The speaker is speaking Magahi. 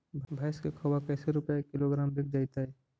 भैस के खोबा कैसे रूपये किलोग्राम बिक जइतै?